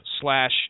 slash